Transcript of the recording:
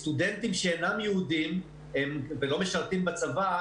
סטודנטים שאינם יהודים ולא משרתים בצבא,